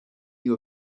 you